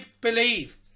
believe